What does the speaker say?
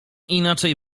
inaczej